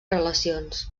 relacions